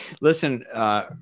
Listen